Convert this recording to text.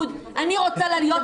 אני לא צריכה את הליכוד,